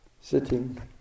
sitting